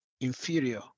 inferior